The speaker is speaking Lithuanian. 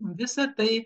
visa tai